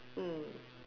mm